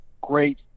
great